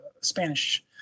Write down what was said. Spanish